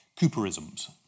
Cooperisms